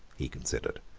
he considered,